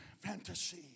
fantasy